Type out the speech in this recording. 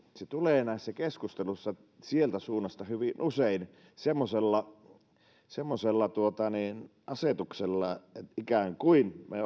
se tulee näissä keskusteluissa sieltä suunnasta hyvin usein semmoisella semmoisella asetuksella että ikään kuin me